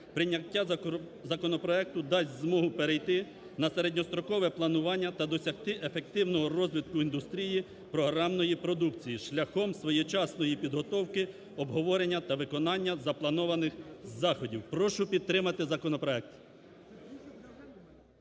Прийняття законопроекту дасть змогу перейти на середньострокове планування та досягти ефективного розвитку індустрії програмної продукції шляхом своєчасної підготовки обговорення та виконання запланованих заходів. Прошу підтримати законопроект.